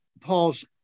Paul's